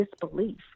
disbelief